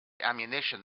ammunition